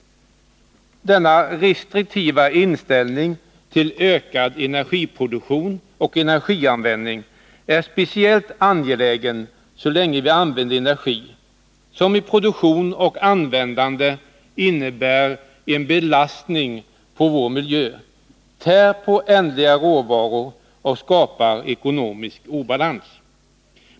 Denna restriktiva inställning till ökad energiproduktion och energianvändning är speciellt angelägen så länge vi använder energi som i produktion och användande innebär en belastning på vår miljö, tär på ändliga råvaror och skapar ekonomisk obalans.